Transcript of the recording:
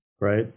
right